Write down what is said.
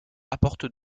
apporte